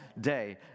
day